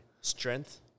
strength